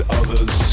others